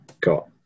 got